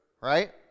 right